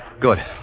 Good